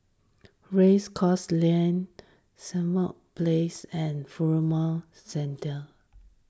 Race Course Lane Simon Place and Furama Centre